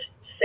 say